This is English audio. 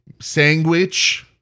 sandwich